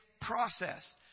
process